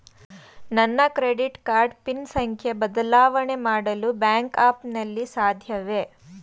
ನನ್ನ credit card PIN ಸಂಖ್ಯೆ ಬದಲಾವಣೆ ಮಾಡಲು ಬ್ಯಾಂಕ್ ಆ್ಯಪ್ ನಲ್ಲಿ ಸಾಧ್ಯವೇ?